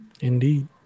Indeed